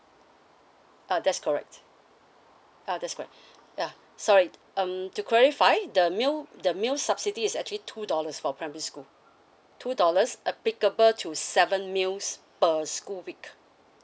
uh that's correct uh that's correct yeah sorry um to clarify the meal the meals subsidy is actually two dollars for primary school two dollars applicable to seven meals per school week